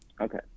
okay